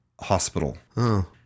hospital